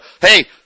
hey